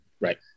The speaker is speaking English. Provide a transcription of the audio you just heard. right